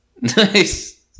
Nice